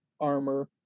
armor